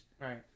Right